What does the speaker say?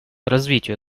развитию